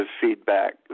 feedback